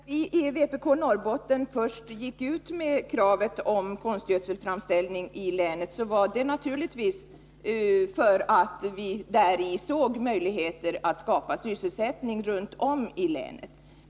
Fru talman! När vi i vpk Norrbotten först gick ut med kravet om konstgödselframställning i länet var det naturligtvis för att vi däri såg möjligheter att skapa sysselsättning runt om i länet.